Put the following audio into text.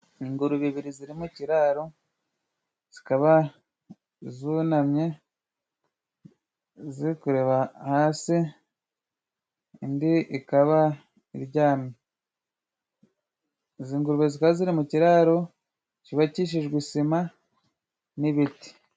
Ingurube ebyiri ziri mu ikiraro, zikaba zunamye ziri kure hasi, indi ikaba iryamye, izi ngurube zikaba ziri mu kiraro cyubakishijwe isima n'ibiti.